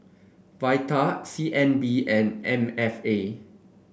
Vital C N B and M F A